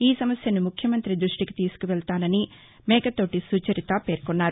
ఈ సమస్యను ముఖ్యమంతి ద్బష్టికి తీసుకెళ్తానని మేకతోటి సుచరిత పేర్కొన్నారు